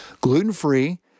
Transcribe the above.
gluten-free